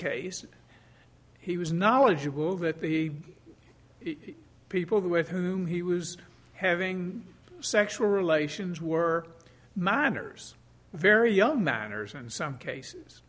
case he was knowledgeable that the people with whom he was having sexual relations were minors very young manners in some cases